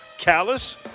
Callous